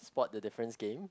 spot the difference game